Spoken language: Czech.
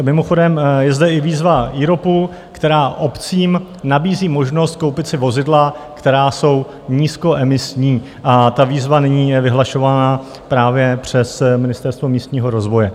Mimochodem, je zde i výzva IROPu, která obcím nabízí možnost koupit si vozidla, která jsou nízkoemisní, a ta výzva nyní je vyhlašovaná právě přes Ministerstvo místního rozvoje.